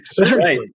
right